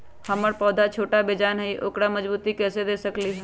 हमर पौधा छोटा बेजान हई उकरा मजबूती कैसे दे सकली ह?